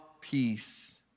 Peace